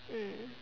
mm